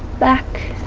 back